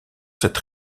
cette